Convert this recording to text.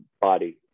body